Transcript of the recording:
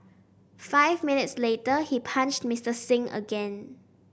five minutes later he punched Mister Singh again